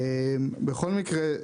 בכל מקרה,